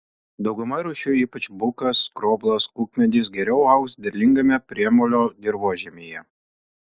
dauguma rūšių ypač bukas skroblas kukmedis geriau augs derlingame priemolio dirvožemyje